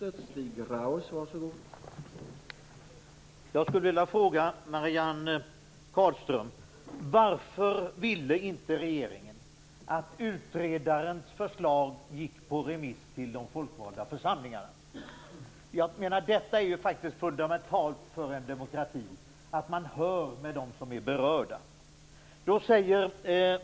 Herr talman! Jag skulle vilja fråga Marianne Carlström varför regeringen inte ville att utredarens förslag gick på remiss till de folkvalda församlingarna. Det är faktiskt fundamentalt för en demokrati att höra dem som är berörda.